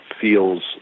feels